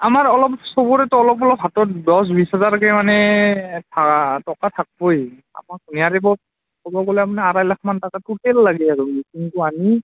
আমাৰ অলপ চবৰেতো অলপ অলপ হাতত দহ বিছ হাজাৰকৈ মানে টকা থাকবই আপনাক নিহাৰিব ক'ব গ'লে আপনি আঢ়ৈ লাখমান টকা টোটেল লাগে আৰু কিন্তু আনি